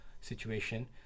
situation